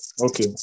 Okay